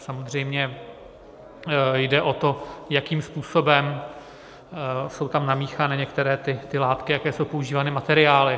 Samozřejmě jde o to, jakým způsobem jsou tam namíchány některé ty látky, jaké jsou používány materiály.